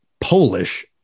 polish